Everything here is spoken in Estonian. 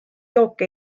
jooke